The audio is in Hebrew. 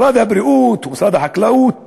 משרד הבריאות ומשרד החקלאות